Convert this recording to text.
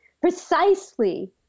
precisely